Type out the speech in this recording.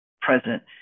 present